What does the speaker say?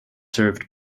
served